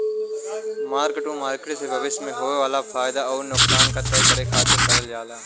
mark to market से भविष्य में होये वाला फयदा आउर नुकसान क तय करे खातिर करल जाला